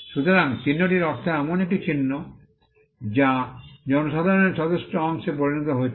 সুপরিচিত চিহ্নটির অর্থ এমন একটি চিহ্ন যা জনসাধারণের যথেষ্ট অংশে পরিণত হয়েছে